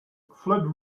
fled